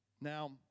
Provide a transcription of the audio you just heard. Now